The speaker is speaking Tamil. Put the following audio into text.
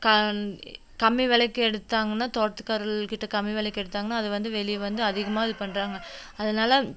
க கம்மி விலைக்கு எடுத்தாங்கன்னா தோட்டத்துக்காரர்கள்கிட்ட கம்மி விலைக்கு எடுத்தாங்கன்னா அது வந்து வெளியே வந்து அதிகமாக இது பண்ணுறாங்க அதனால